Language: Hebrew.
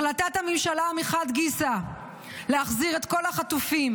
החלטת הממשלה מחד גיסא להחזיר את כל החטופים